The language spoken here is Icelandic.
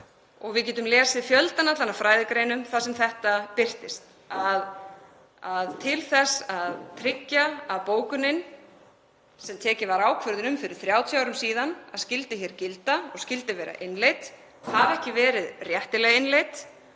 við getum lesið fjöldann allan af fræðigreinum þar sem þetta birtist, þ.e. að bókunin sem tekin var ákvörðun um fyrir 30 árum að skyldi hér gilda og skyldi vera innleidd hafi ekki verið réttilega innleidd